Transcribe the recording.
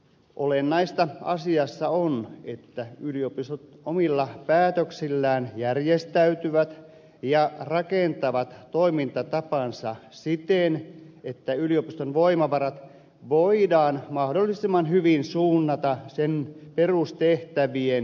olennaista asiassa on että yliopistot omilla päätöksillään järjestäytyvät ja rakentavat toimintatapansa siten että yliopiston voimavarat voidaan mahdollisimman hyvin suunnata sen perustehtävien toteuttamiseen